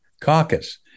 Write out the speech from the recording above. caucus